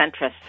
centrist